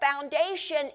foundation